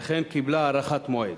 וכן קיבלה הארכת מועד.